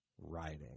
writing